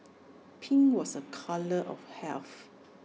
pink was A colour of health